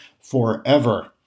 forever